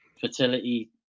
fertility